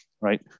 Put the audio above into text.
Right